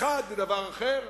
אחד, לדבר אחר,